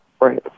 right